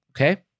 Okay